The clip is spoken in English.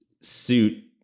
suit